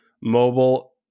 Mobile